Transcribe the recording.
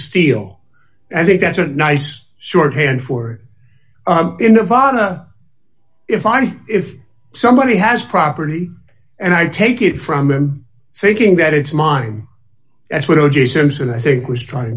and i think that's a nice shorthand for in nevada if i if somebody has property and i take it from him thinking that it's mine that's what o j simpson i think was trying to